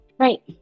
Right